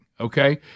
Okay